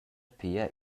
pia